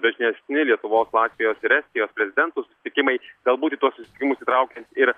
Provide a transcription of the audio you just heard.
dažnesni lietuvos latvijos ir estijos prezidentų susitikimai galbūt į tuos susitikimus įtraukiant ir